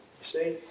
see